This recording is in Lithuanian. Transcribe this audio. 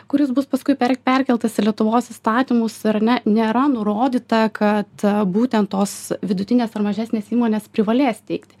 kuris bus paskui per perkeltas į lietuvos įstatymus ar ne nėra nurodyta kad būtent tos vidutinės ar mažesnės įmonės privalės teikti